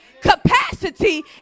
capacity